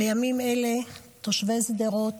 בימים אלה תושבי שדרות,